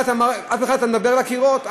אז אתה מדבר לקירות,